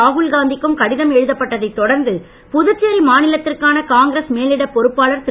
ராகுல்காந்திக்கும் கடிதம் எழுதப்பட்டதை தொடர்ந்து புதுச்சேரி மாநிலத்திற்கான காங்கிரஸ் மேலிடப் பொறுப்பாளர் திரு